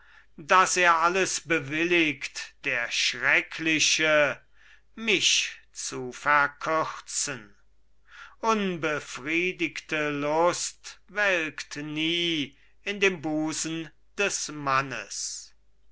daß er alles bewilligt der schreckliche mich zu verkürzen unbefriedigte lust welkt nie in dem busen des mannes